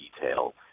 detail